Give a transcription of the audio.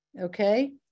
Okay